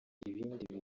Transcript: ibindi